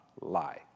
lie